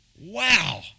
Wow